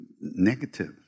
negative